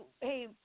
hey